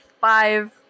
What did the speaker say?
five